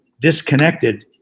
disconnected